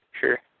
sure